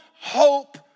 hope